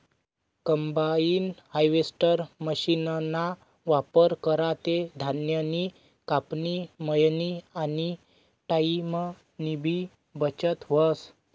combine harvester मशीनना वापर करा ते धान्यनी कापनी, मयनी आनी टाईमनीबी बचत व्हस